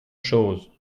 chose